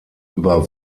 über